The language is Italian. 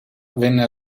venne